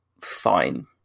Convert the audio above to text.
fine